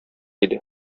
иде